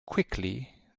quickly